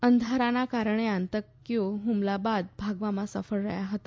અંધારાના કારણે આંતકીઓ હ્મલા બાદ ભાગવામાં સફળ રહ્યા હતા